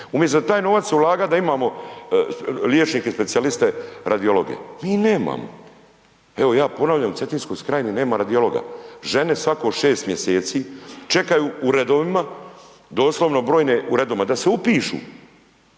umisto da taj novac ulagat da imamo liječnike specijaliste radiologe, mi ih nemamo. Evo, ja ponavljam, u Cetinskoj krajini nema radiologa, žene svako 6 mjeseci čekaju u redovima, doslovno brojne u redovima da se upišu